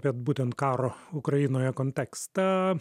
bet būtent karo ukrainoje kontekstą